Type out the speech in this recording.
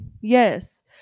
Yes